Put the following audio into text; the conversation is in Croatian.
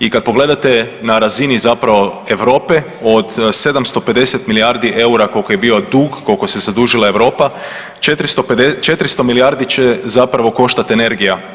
I kada pogledate na razini zapravo Europe od 750 milijardi eura koliko je bio dug koliko se zadužila Europa 400 milijardi će zapravo koštati energija.